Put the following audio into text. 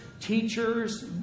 teachers